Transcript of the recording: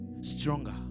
stronger